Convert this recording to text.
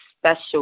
special